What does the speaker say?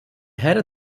ଢେର